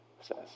says